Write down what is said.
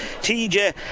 TJ